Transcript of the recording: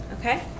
Okay